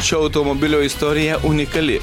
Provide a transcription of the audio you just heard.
šio automobilio istorija unikali